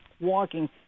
walking